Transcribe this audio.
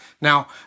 Now